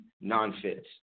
non-fits